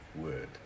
word